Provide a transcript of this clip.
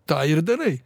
tą ir darai